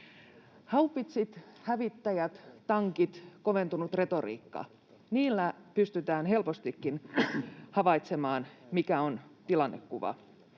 Haupitsit, hävittäjät, tankit, koventunut retoriikka. Niillä pystytään helpostikin havaitsemaan, mikä on tilannekuva,